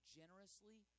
generously